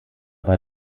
war